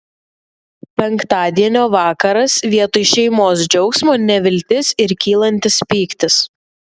penktadienio vakaras vietoj šeimos džiaugsmo neviltis ir kylantis pyktis